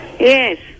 Yes